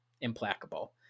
implacable